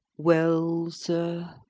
well, sir,